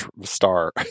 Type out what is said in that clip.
star